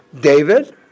David